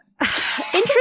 Interesting